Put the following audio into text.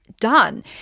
done